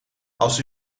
als